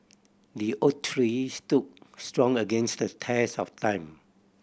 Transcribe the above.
the oak tree stood strong against the test of time